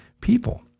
people